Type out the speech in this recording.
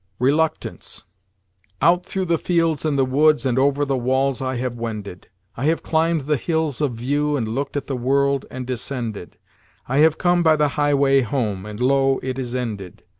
reluctance out through the fields and the woods and over the walls i have wended i have climbed the hills of view and looked at the world, and descended i have come by the highway home, and lo, it is ended.